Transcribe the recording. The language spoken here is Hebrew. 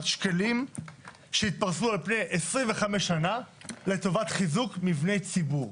שקלים שיפרסו על פני 25 שנה לטובת חיזוק מבני ציבור.